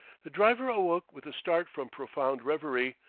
the driver awoke with a start from profound reverie,